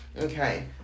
Okay